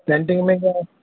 canteen میں گھما